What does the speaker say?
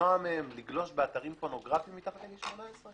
למנוע מהם לגלוש באתרים פורנוגרפיים מתחת לגיל 18?